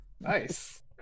Nice